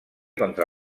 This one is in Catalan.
contra